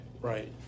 Right